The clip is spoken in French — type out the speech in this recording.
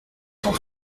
cent